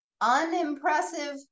unimpressive